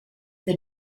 with